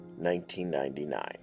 1999